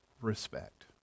respect